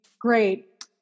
great